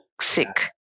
sick